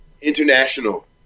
international